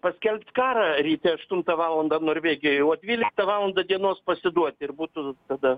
paskelbt karą ryte aštuntą valandą norvegijoj o dvyliktą valandą dienos pasiduoti ir būtų tada